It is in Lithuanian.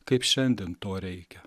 kaip šiandien to reikia